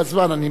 אני מתפלא.